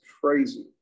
crazy